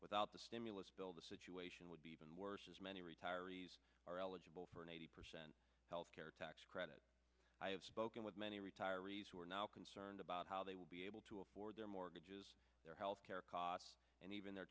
without the stimulus bill the situation would be even worse as many retirees are eligible for an eighty percent health care tax credit i have spoken with many retirees who are now concerned about how they will be able to afford their mortgage their health care costs and even their